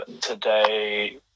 today